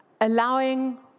allowing